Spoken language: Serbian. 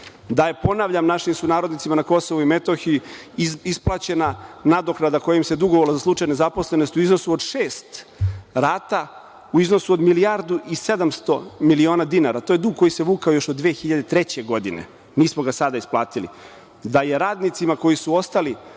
da je ponavljam našim sunarodnicima na Kosovu i Metohiji isplaćena nadoknada kojima se dugovalo za slučaju nezaposlenosti u iznosu od šest rata, u iznosu od milijardu i 700 miliona dinara. To je dug koji se vukao još od 2003. godine, mi smo ga sada isplatili. Da je radnicima koji su ostali